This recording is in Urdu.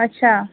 اچھا